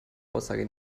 aussage